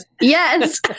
Yes